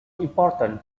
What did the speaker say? important